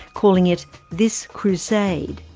calling it this crusade.